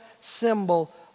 symbol